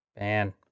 Man